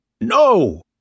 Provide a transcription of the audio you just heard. No